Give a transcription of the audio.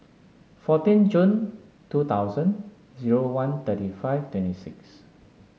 fourteen Jun two thousand zero one thirty five twenty six